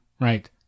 right